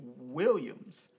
Williams